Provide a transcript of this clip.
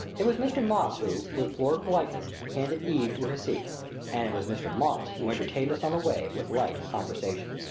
it was mr. moss who, with florid politeness, handed eve to her seat and it was mr. moss who entertained us on the way with light conversation.